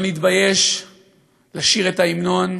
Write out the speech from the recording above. לא נתבייש לשיר את ההמנון